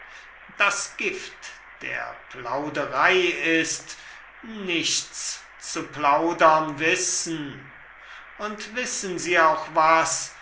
das gift der plauderei ist nichts zu plaudern wissen und wissen sie auch was